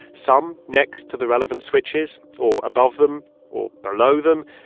some next to the relevant switches or above them or below them,